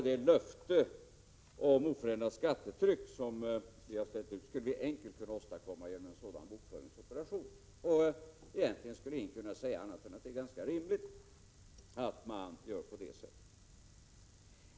Det löfte om oförändrat skattetryck som vi har ställt ut skulle vi enkelt kunna uppfylla genom en sådan bokföringsoperation. Egentligen skulle ingen kunna säga annat än att det är ganska rimligt att göra på det sättet.